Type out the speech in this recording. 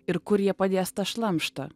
ir kur jie padės tą šlamštą